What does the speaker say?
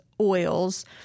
oils